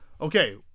okay